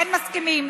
כן מסכימים,